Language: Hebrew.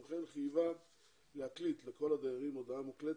כמו כן חייבה להקליט לכל הדיירים הודעה מוקלטת,